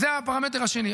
זה הפרמטר השני.